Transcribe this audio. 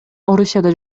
орусияда